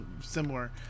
similar